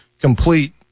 complete